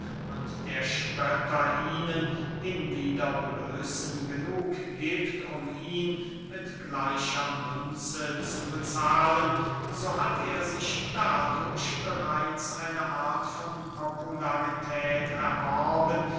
und der spötter ihnen hinwieder blößen genug giebt um ihn mit gleicher münze zu bezahlen so hat er sich dadurch bereits eine art von popularität erworben